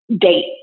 date